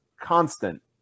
constant